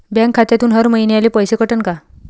Bank खात्यातून हर महिन्याले पैसे कटन का?